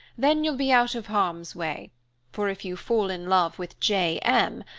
then you'll be out of harm's way for if you fall in love with j m.